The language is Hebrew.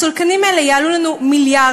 הסולקנים האלה יעלו לנו מיליארדים,